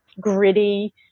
gritty